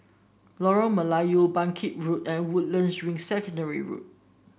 Lorong Melayu Bangkit Road and Woodlands Ring Secondary Road